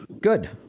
Good